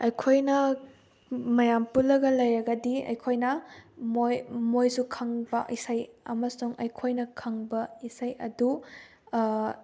ꯑꯩꯈꯣꯏꯅ ꯃꯌꯥꯝ ꯄꯨꯜꯂꯒ ꯂꯩꯔꯒꯗꯤ ꯑꯩꯈꯣꯏꯅ ꯃꯣꯏꯁꯨ ꯈꯪꯕ ꯏꯁꯩ ꯑꯃꯁꯨꯡ ꯑꯩꯈꯣꯏꯅ ꯈꯪꯕ ꯏꯁꯩ ꯑꯗꯨ